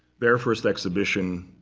their first exhibition